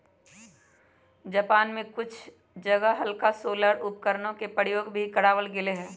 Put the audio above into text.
Japan में कुछ जगह हल्का सोलर उपकरणवन के प्रयोग भी करावल गेले हल